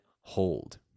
hold